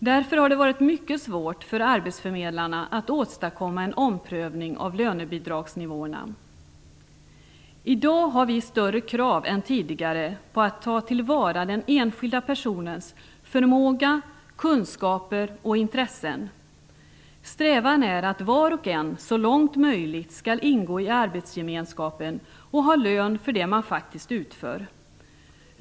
Därför har det varit mycket svårt för arbetsförmedlarna att åstadkomma en omprövning av lönebidragsnivåerna. I dag har vi högre krav än tidigare på att den enskilda personens förmåga, kunskaper och intressen tas till vara. Strävan är att var och en så långt möjligt skall ingå i arbetsgemenskapen och ha lön för det man faktiskt utför.